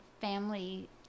family